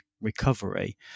recovery